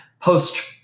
post